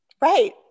Right